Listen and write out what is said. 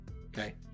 Okay